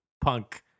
punk